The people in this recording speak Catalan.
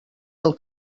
del